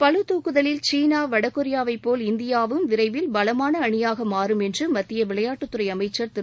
பளு தூக்குதலில் சீனா வடகொரியாவைப்போல் இந்தியாவும் விரைவில் பலமான அணியாக மாறும் என்று மத்திய விளையாடடுத்துறை அமைச்சர் திரு